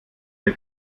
der